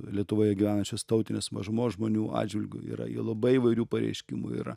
lietuvoje gyvenančios tautinės mažumos žmonių atžvilgiu yra jų labai įvairių pareiškimų yra